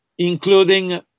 including